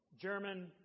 German